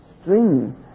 string